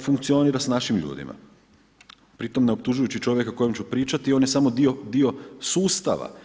funkcionira s našim ljudima, pri tom ne optužujući čovjeka o kojem ću pričati, on je samo dio sustava.